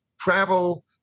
travel